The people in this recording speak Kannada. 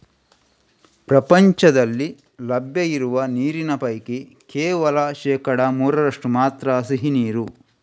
ಪ್ರಪಂಚದಲ್ಲಿ ಲಭ್ಯ ಇರುವ ನೀರಿನ ಪೈಕಿ ಕೇವಲ ಶೇಕಡಾ ಮೂರರಷ್ಟು ಮಾತ್ರ ಸಿಹಿ ನೀರು